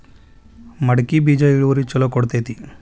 ಮಡಕಿ ಬೇಜ ಇಳುವರಿ ಛಲೋ ಕೊಡ್ತೆತಿ?